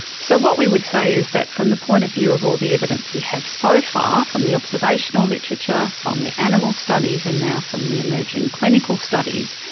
so what we would say is that from the point of view of all the evidence we have so far from the observational literature, from the animal studies and now from the emerging clinical studies,